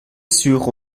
sur